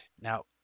now